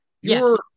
Yes